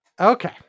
Okay